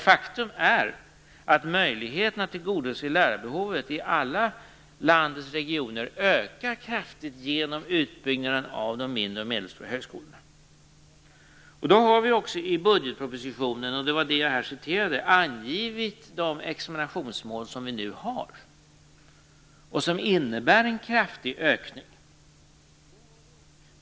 Faktum är dock att möjligheterna att tillgodose lärarbehovet i alla landets regioner kraftigt ökar genom utbyggnaden av de mindre och medelstora högskolorna. Vi har också i budgetpropositionen, såsom jag här har refererat, angivit de examinationsmål som vi nu har och som innebär en kraftig ökning.